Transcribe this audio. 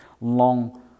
long